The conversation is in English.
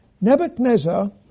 Nebuchadnezzar